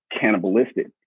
cannibalistic